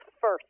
first